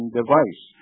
device